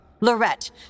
Lorette